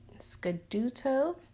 Scaduto